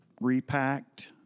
repacked